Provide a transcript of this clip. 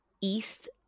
East